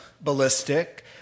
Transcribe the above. ballistic